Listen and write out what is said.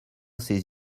ces